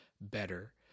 better